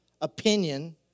opinion